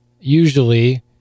usually